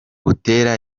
butera